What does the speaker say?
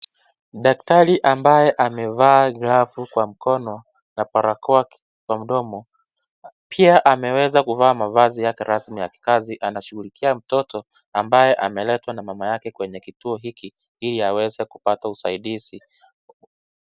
Daktari ambaye amevaa glavu kwa mkono na barakoa kwa mdomo, pia ameweza kuvaa mavazi yake rasmi ya kikazi. Anashughulikia mtoto ambaye ameletwa na mama yake kwenye kituo hiki ili aweze kupata usaidizi.